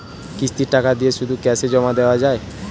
কিস্তির টাকা দিয়ে শুধু ক্যাসে জমা দেওয়া যায়?